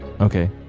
Okay